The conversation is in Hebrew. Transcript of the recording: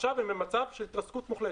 שעכשיו הם במצב של התרסקות מוחלטת.